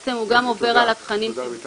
בעצם הוא גם עובר על התכנים --- עורך תוכן.